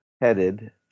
headed